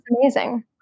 amazing